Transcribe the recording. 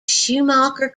schumacher